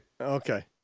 Okay